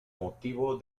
motivo